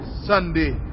Sunday